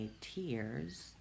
tears